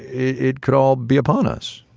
it could all be upon us